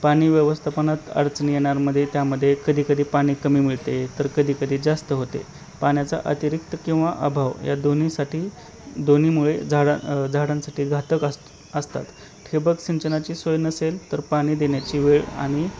पाणी व्यवस्थापनात अडचणी येण्यामध्ये त्यामध्ये कधीकधी पाणी कमी मिळते तर कधीकधी जास्त होते पाण्याचा अतिरिक्त किंवा अभाव या दोन्हीसाठी दोन्हीमुळे झाडा झाडांसाठी घातक असं असतात ठिबक सिंचनाची सोय नसेल तर पाणी देण्याची वेळ आणि